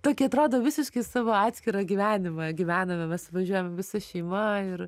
tokį atrodo visiškai savo atskirą gyvenimą gyvename mes važiuojam visa šeima ir